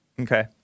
Okay